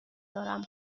دارم